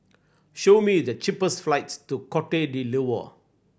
show me the cheapest flights to Cote D'Ivoire